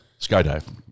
Skydive